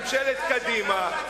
ממשלת קדימה,